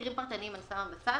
ומקרים פרטניים אני שמה בצד,